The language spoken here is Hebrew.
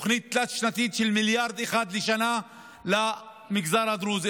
הכנו תוכנית תלת-שנתית של מיליארד אחד לשנה למגזר הדרוזי,